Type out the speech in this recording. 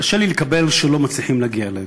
קשה לי לקבל שלא מצליחים להגיע אליהם.